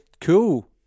cool